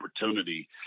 opportunity